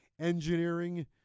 Engineering